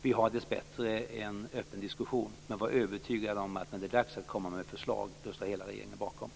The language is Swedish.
Vi har dessbättre en öppen diskussion. Men var övertygad om att hela regeringen står bakom när det är dags att komma med förslag.